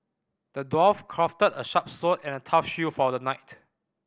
the dwarf crafted a sharp sword and a tough shield for the knight